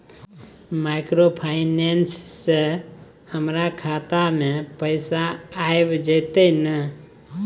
Microfinance से हमारा खाता में पैसा आबय जेतै न?